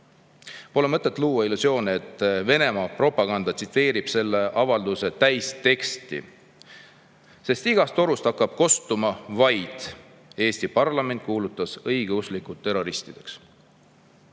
Pole mõtet luua illusioone, et Venemaa propaganda tsiteerib selle avalduse täisteksti. Igast torust hakkab kostma vaid: Eesti parlament kuulutas õigeusklikud terroristideks. Võib-olla